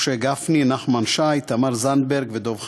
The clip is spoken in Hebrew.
משה גפני, נחמן שי, תמר זנדברג ודב חנין.